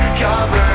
cover